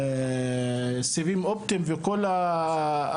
של סיבים אופטיים וכל האינטרנט.